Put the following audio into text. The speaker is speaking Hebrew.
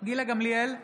גילה גמליאל,